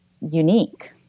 unique